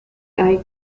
eye